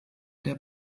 der